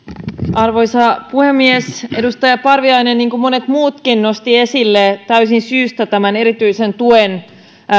arvoisa puhemies edustaja parviainen niin kuin monet muutkin nosti esille täysin syystä tämän erityisen tuen